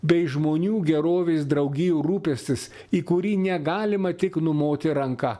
bei žmonių gerovės draugijų rūpestis į kurį negalima tik numoti ranka